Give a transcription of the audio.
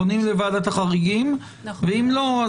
פונים לוועדת החריגים ואם לא,